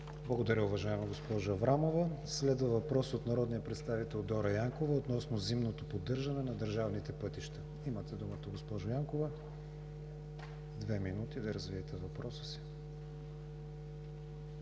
Благодаря, уважаема госпожо Аврамова. Следва въпрос от народния представител Дора Янкова относно зимното поддържане на държавните пътища. Имате думата, госпожо Янкова – две минути да развиете въпроса си.